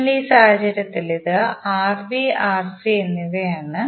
അതിനാൽ ഈ സാഹചര്യത്തിൽ ഇത് Rb Rc എന്നിവയാണ്